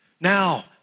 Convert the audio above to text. Now